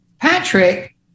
Patrick